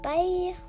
Bye